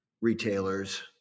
retailers